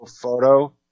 photo